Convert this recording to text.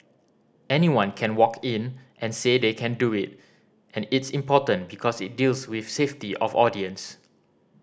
anyone can walk in and say they can do it and it's important because it deals with safety of audience